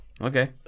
Okay